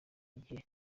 igihe